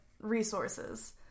resources